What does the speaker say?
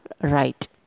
right